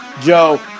Joe